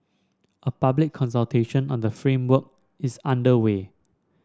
a public consultation on the framework is underway